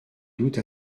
doute